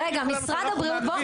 בואו,